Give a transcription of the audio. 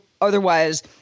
otherwise